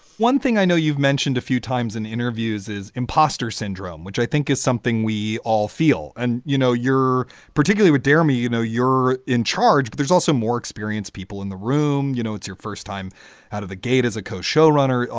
one thing i know you've mentioned a few times in interviews is imposter syndrome, which i think is something we all feel. and, you know, you're particularly with dare me, you know, you're in charge. but there's also more experienced people in the room. you know, it's your first time out of the gate as a co showrunner,